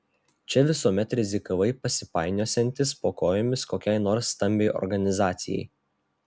čia visuomet rizikavai pasipainiosiantis po kojomis kokiai nors stambiai organizacijai